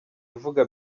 ivuga